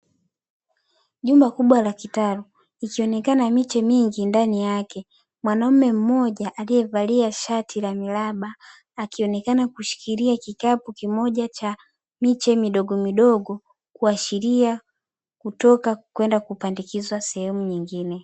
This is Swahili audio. Jumba kubwa la kitalu ikionekana miche mingi ndani yake, mwanamme mmoja aliyevalia shati la miraba akionekana kushikilia kikapu kimoja cha miche midogo midogo kuashiria kutoka kwenda kupandikizwa sehemu nyingine.